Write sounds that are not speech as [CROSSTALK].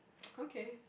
[NOISE] okay